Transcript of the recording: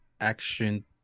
action